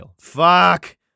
Fuck